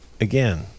again